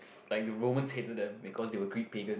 like the Romans hated them because they were Greek Pegan